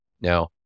Now